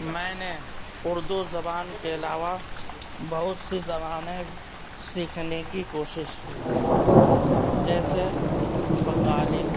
میں نے اردو زبان کے علاوہ بہت سی زبانیں سیکھنے کی کوشش کی جیسے بنگالی